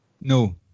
No